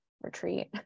retreat